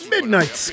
Midnight